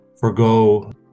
forgo